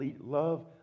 love